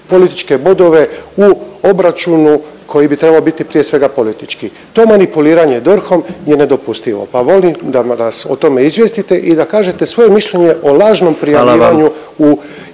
političke bodove u obračunu koji bi trebao biti prije svega politički. To manipuliranje DORH-om je nedopustivo pa molim da nas o tome izvijestite i da kažete svoje mišljenje …/Upadica predsjednik: